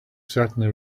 certainly